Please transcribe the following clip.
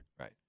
right